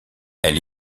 elle